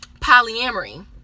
polyamory